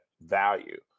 value